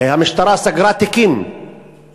המשטרה סגרה תיקים,